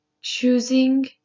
choosing